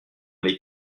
les